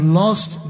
lost